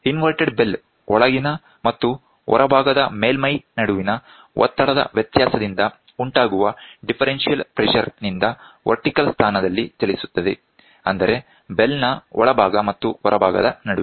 inverted bell ಒಳಗಿನ ಮತ್ತು ಹೊರಭಾಗದ ಮೇಲ್ಮೈ ನಡುವಿನ ಒತ್ತಡದ ವ್ಯತ್ಯಾಸದಿಂದ ಉಂಟಾಗುವ ಡಿಫರೆನ್ಷಿಯಲ್ ಪ್ರೆಷರ್ ನಿಂದ ವರ್ಟಿಕಲ್ ಸ್ಥಾನದಲ್ಲಿ ಚಲಿಸುತ್ತದೆ ಅಂದರೆ ಬೆಲ್ ನ ಒಳಭಾಗ ಮತ್ತು ಹೊರಭಾಗದ ನಡುವೆ